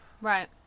Right